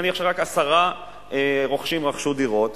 נניח רק עשרה רוכשים רכשו דירות